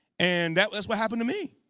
and that's that's what happened to me.